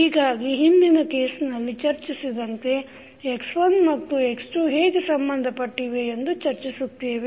ಹೀಗಾಗಿ ಹಿಂದಿನ ಕೇಸ್ನಲ್ಲಿ ಚರ್ಚಿಸಿದಂತೆ x1 ಮತ್ತು x2 ಹೇಗೆ ಸಂಬಂಧಪಟ್ಟಿವೆ ಎಂದು ಚರ್ಚಿಸುತ್ತೇವೆ